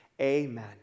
amen